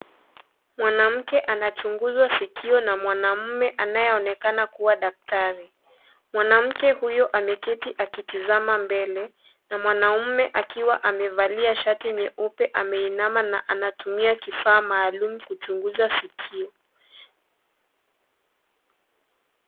Mwanamke anachunguzwa sikio na mwanamume anayeonekana kuwa daktari. Mwanamke huyo ameketi akitizama mbele na mwanamume akiwa amevalia shati nyeupe. Ameinama na anatumia kifaa maalum kuchunguza sikio.